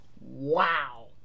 Wow